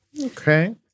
Okay